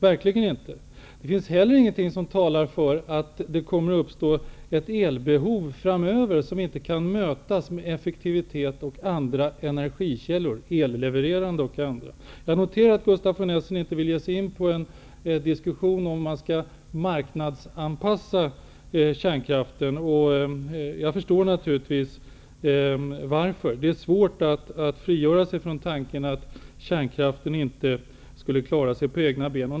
Det finns inte heller något som talar för att det framöver kommer att uppstå ett elbehov som inte kan mötas med effektivitet och andra ellevererande energikällor. Jag noterar att Gustaf von Essen inte vill ge sig in i en diskussion om huruvida man skall marknadsanpassa kärnkraften eller inte. Jag förstår naturligtvis varför. Det är svårt att frigöra sig från tanken att kärnkraften inte klarar sig på egna ben.